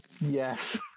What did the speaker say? Yes